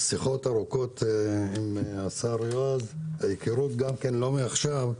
היו לי שיחות ארוכות עם השר יועז וההכרות לא מעכשיו.